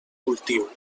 cultiu